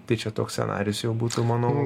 tai čia toks scenarijus jau būtų manau